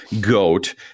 goat